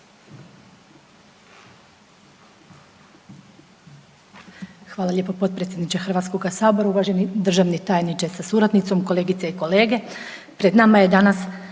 Hvala lijepo poštovani potpredsjedniče Hrvatskog sabora. Poštovana državna tajnice sa suradnicom, kolegice i evo